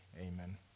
Amen